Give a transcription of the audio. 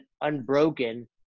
unbroken